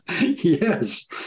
Yes